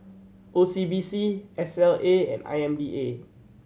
O C B C S L A and I M B A